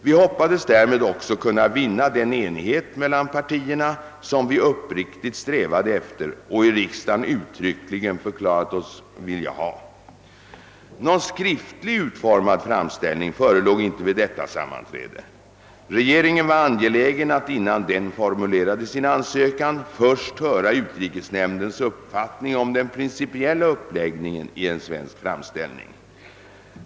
Vi hoppades därmed också kunna vinna den enighet mellan partierna som vi uppriktigt strävade efter och i riksdagen uttryckligen förklarat oss vilja ha. Någon skriftligt utformad framställning förelåg inte vid detta sammanträde. Regeringen var angelägen att innan den formulerade sin ansökan först höra ' utrikesnämndens uppfattning om den principiella uppläggningen i en svensk framställning.